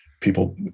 people